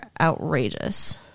outrageous